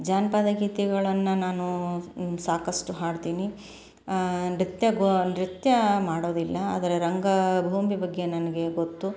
ಜಾನಪದ ಗೀತೆಗಳನ್ನು ನಾನು ಸಾಕಷ್ಟು ಹಾಡ್ತೀನಿ ನೃತ್ಯ ಗೊ ನೃತ್ಯ ಮಾಡೋದಿಲ್ಲ ಆದರೆ ರಂಗಭೂಮಿ ಬಗ್ಗೆ ನನಗೆ ಗೊತ್ತು